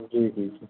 جی جی جی